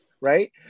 right